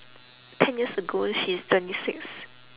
ten years ago she's twenty six